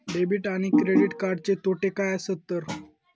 Debit आणि credit कार्डचे तोटे काय आसत तर?